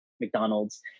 McDonald's